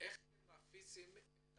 איך הם משווקים את